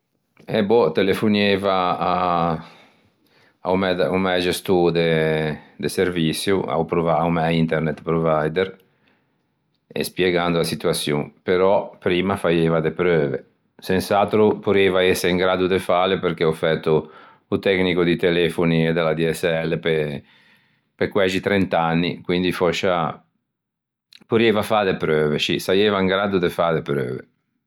Eh boh telefonieiva à a-o mæ gestô de serviçio, a-o provider a-o mæ internet provider e spiegando a situaçion. Però primma faieiva de preuve. Sens'atro porrieiva ëse in graddo de fâle perché ò fæto o tecnico di telefoni e de l'ADSL pe quæxi trent'anni quindi fòscia porrieiva fâ de preuve, scì saieiva in graddo de fâ de preuve.